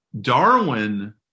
Darwin